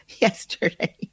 yesterday